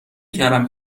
کردم